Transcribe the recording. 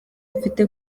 mfite